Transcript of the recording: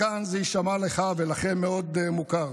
מכאן זה יישמע לך ולכם מאוד מוכר: